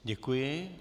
Děkuji.